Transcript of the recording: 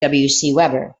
weber